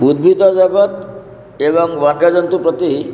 ଉଦ୍ଭିଦ ଜଗତ ଏବଂ ବନ୍ୟଜନ୍ତୁ ପ୍ରତି